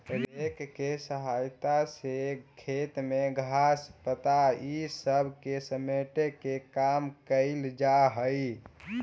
rake के सहायता से खेत में घास, पत्ता इ सब के समेटे के काम कईल जा हई